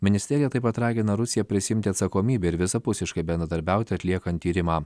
ministerija taip pat ragina rusiją prisiimti atsakomybę ir visapusiškai bendradarbiauti atliekant tyrimą